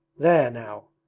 there now.